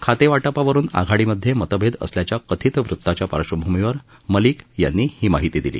खातेवाटपावरुन आघाडीमध्ये मतभेद असल्याच्या कथित वृताच्या पार्श्वभूमीवर मलिक यांनी ही माहिती दिली